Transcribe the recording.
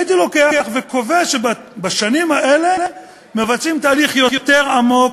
הייתי לוקח וקובע שבשנים האלה מבצעים תהליך יותר עמוק,